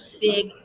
big